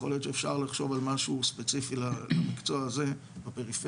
יכול להיות שאפשר לחשוב על משהו ספציפי למקצוע הזה בפריפריה.